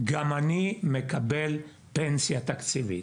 גם אני מקבל פנסיה תקציבית,